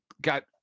got